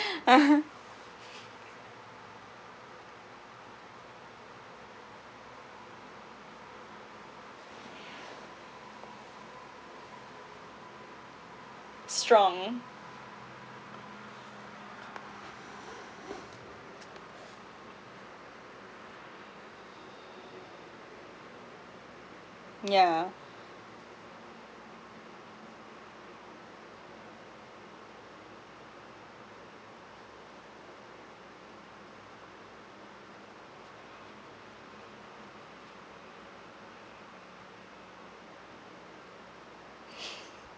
(uh huh) strong yeah